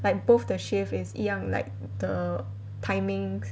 like both the shift 是一样 like the timings